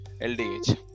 LDH